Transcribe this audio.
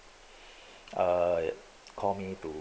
uh call me too